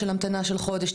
של המתנה של חודש,